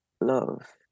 love